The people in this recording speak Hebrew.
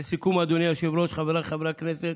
לסיכום, אדוני היושב-ראש, חבריי חברי הכנסת,